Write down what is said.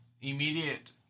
immediate